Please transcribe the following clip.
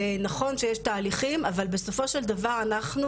זה נכון שיש תהליכים אבל בסופו של דבר אנחנו,